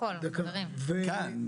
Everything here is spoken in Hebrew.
חברים,